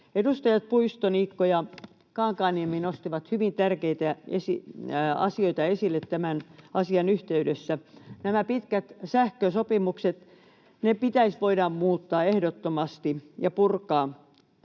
Edustajat Puisto, Niikko ja Kankaanniemi nostivat hyvin tärkeitä asioita esille tämän asian yhteydessä. Nämä pitkät sähkösopimukset pitäisi ehdottomasti voida